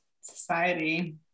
society